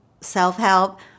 self-help